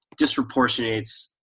disproportionates